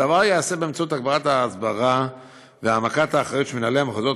הדבר ייעשה באמצעות הגברת ההסברה והעמקת האחריות של מנהלי המחוזות,